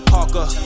Parker